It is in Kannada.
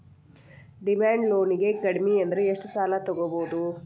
ಡಿಮಾಂಡ್ ಲೊನಿಗೆ ಕಡ್ಮಿಅಂದ್ರ ಎಷ್ಟ್ ಸಾಲಾ ತಗೊಬೊದು?